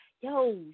yo